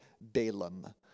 Balaam